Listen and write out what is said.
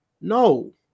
No